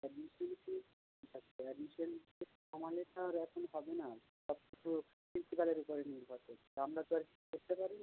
admission fees আচ্ছা admission fees কমালে তো আর এখন হবে না সব কিছু প্রিন্সিপালের উপরে নির্ভর করছে আমরা তো আর কিছু করতে পারি না